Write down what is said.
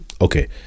okay